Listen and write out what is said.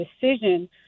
decision